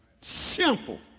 Simple